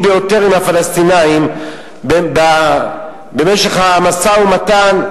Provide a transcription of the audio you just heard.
ביותר עם הפלסטינים במשך המשא-ומתן,